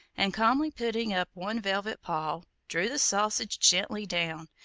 and, calmly putting up one velvet paw, drew the sausage gently down,